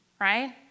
right